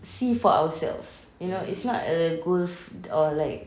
see for ourselves you know it's not a goal or like